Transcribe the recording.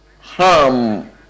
harm